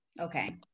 Okay